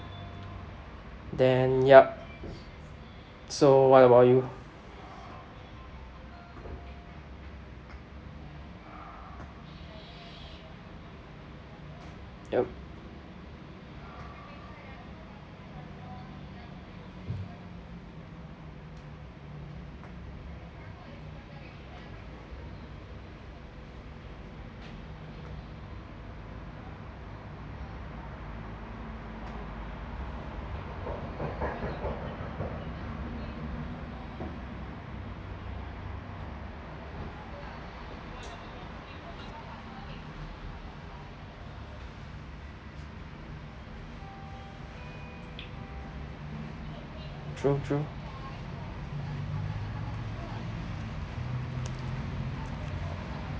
then yup so what about you yup true true